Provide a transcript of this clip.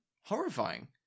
horrifying